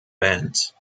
bands